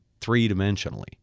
three-dimensionally